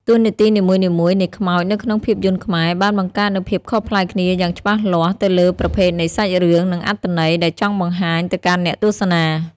តួនាទីនីមួយៗនៃខ្មោចនៅក្នុងភាពយន្តខ្មែរបានបង្កើតនូវភាពខុសប្លែកគ្នាយ៉ាងច្បាស់លាស់ទៅលើប្រភេទនៃសាច់រឿង និងអត្ថន័យដែលចង់បង្ហាញទៅកាន់អ្នកទស្សនា។